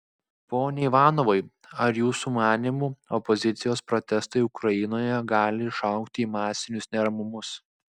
pone ivanovai ar jūsų manymu opozicijos protestai ukrainoje gali išaugti į masinius neramumus